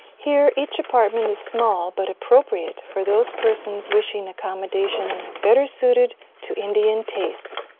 here, each apartment is small but appropriate for those persons wishing accommodations better suited to indian tastes.